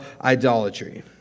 idolatry